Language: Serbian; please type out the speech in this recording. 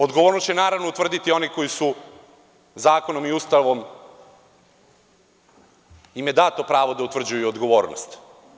Odgovornost će naravno utvrditi oni koji su zakonom i Ustavom im je dato da utvrđuju odgovornost.